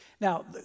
Now